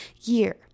year